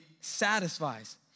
satisfies